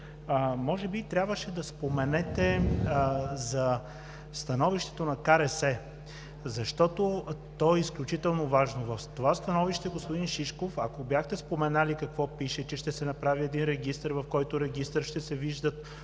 може би трябваше да споменете за становището на КРС, защото то е изключително важно. В това становище, господин Шишков, ако бяхте споменали какво пише, че ще се направи един регистър, в който регистър ще се вижда